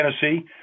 Tennessee